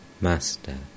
Master